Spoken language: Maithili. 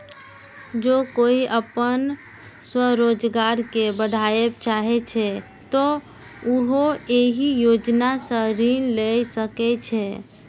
जौं कोइ अपन स्वरोजगार कें बढ़ाबय चाहै छै, तो उहो एहि योजना सं ऋण लए सकै छै